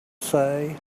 say